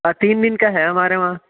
آ تین دِن کا ہے ہمارے وہاں